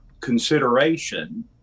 consideration